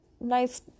nice